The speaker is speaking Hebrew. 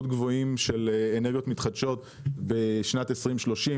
גבוהים של אנרגיות מתחדשות בשנת 2030,